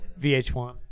VH1